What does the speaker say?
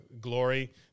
glory